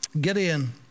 Gideon